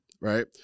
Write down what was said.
right